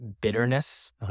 bitterness